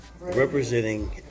representing